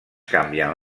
canvien